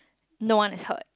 no one is hurt